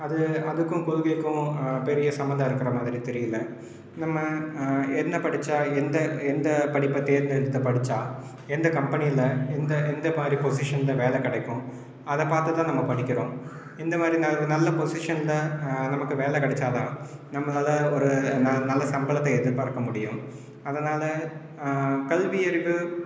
அது அதுக்கும் கொள்கைக்கும் பெரிய சம்மந்தம் இருக்கிற மாதிரி தெரியல நம்ம என்ன படிச்சால் எந்த எந்த படிப்பை தேர்ந்தெடுத்து படிச்சால் எந்த கம்பெனியில் எந்த எந்த மாதிரி பொசிஷன்ல வேலை கிடைக்கும் அதை பார்த்துதான் நம்ம படிக்கிறோம் இந்த மாதிரி ந நல்ல பொசிஷனில் நமக்கு வேலை கிடச்சா தான் நம்மளால் ஒரு ந நல்ல சம்பளத்தை எதிர்பார்க்க முடியும் அதனால் கல்வியறிவு